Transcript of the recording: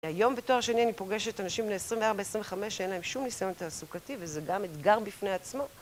היום בתואר שני אני פוגשת אנשים בני 24-25 שאין להם שום ניסיון תעסוקתי, וזה גם אתגר בפני עצמו.